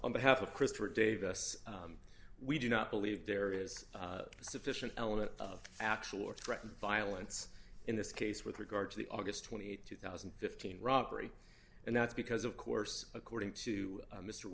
on behalf of christopher davis we do not believe there is sufficient element of actual or threatened violence in this case with regard to the august th two thousand and fifteen robbery and that's because of course according to mr